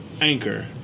anchor